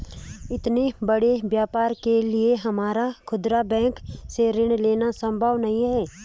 इतने बड़े व्यापार के लिए हमारा खुदरा बैंक से ऋण लेना सम्भव नहीं है